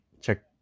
Check